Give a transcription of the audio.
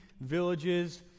villages